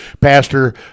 Pastor